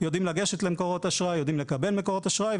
יודעים לגשת למקורות אשראי ולקבל אותם,